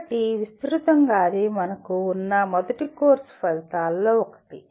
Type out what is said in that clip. కాబట్టి విస్తృతంగా అది మనకు ఉన్న మొదటి కోర్సు ఫలితాలలో ఒకటి